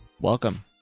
welcome